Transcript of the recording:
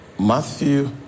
Matthew